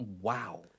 Wow